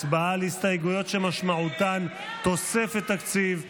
הצבעה על הסתייגויות שמשמעותן תוספת תקציב.